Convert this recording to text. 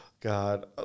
God